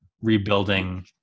rebuilding